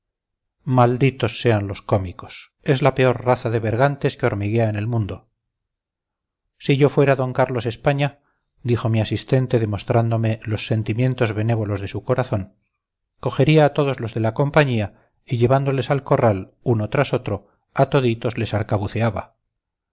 malditos sean los cómicos es la peor raza de bergantes que hormiguea en el mundo si yo fuera d carlos españa dijo mi asistente demostrándome los sentimientos benévolos de su corazón cogería a todos los de la compañía y llevándoles al corral uno tras otro a toditos les